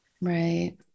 Right